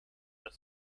the